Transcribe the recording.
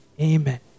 amen